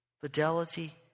fidelity